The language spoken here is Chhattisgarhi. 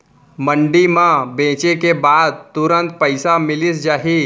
मंडी म बेचे के बाद तुरंत पइसा मिलिस जाही?